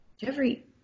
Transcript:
Jeffrey